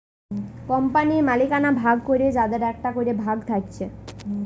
কোম্পানির মালিকানা ভাগ করে যাদের একটা করে ভাগ থাকছে